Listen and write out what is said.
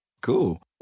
Cool